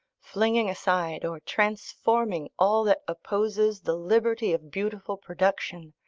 flinging aside or transforming all that opposes the liberty of beautiful production,